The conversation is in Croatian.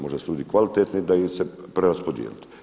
Možda su ljudi kvalitetni, da ih se preraspodijeliti.